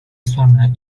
sonra